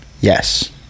Yes